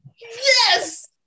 yes